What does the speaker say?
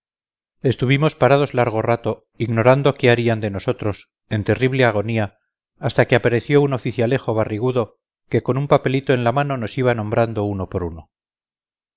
estuvimos parados largo rato ignorando qué harían de nosotros en terrible agonía hasta que apareció un oficialejo barrigudo que con un papelito en la mano nos iba nombrando uno por uno